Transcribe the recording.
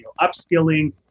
upskilling